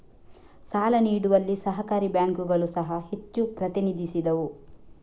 ಸಾಲ ನೀಡುವಲ್ಲಿ ಸಹಕಾರಿ ಬ್ಯಾಂಕುಗಳು ಸಹ ಹೆಚ್ಚು ಪ್ರತಿನಿಧಿಸಿದವು